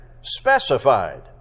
specified